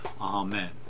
Amen